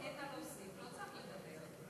הנושא עלה לאחרונה,